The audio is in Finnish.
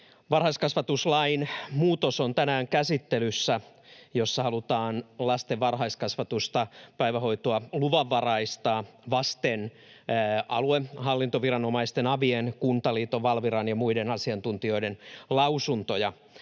varhaiskasvatuslain muutos, jossa halutaan lasten varhaiskasvatusta ja päivähoitoa luvanvaraistaa vasten aluehallintoviranomaisten, avien, Kuntaliiton, Valviran ja muiden asiantuntijoiden lausuntoja.